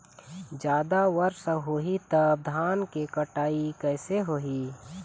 जादा वर्षा होही तब धान के कटाई कैसे होही?